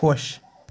خۄش